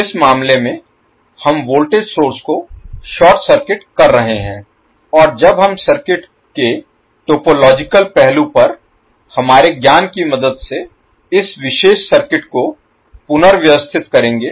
इस मामले में हम वोल्टेज सोर्स को शॉर्ट सर्किट कर रहे हैं और जब हम सर्किट के टोपोलॉजिकल पहलू पर हमारे ज्ञान की मदद से इस विशेष सर्किट को पुनर्व्यवस्थित करेंगे